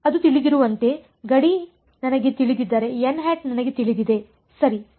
ಅದು ತಿಳಿದಿರುವಂತೆ ಗಡಿ ನನಗೆ ತಿಳಿದಿದ್ದರೆ ನನಗೆ ತಿಳಿದಿದೆ ಸರಿ